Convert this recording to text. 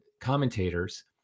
commentators